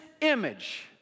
image